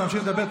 תמשיך לדבר.